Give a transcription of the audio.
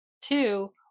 Two